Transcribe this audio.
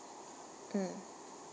mm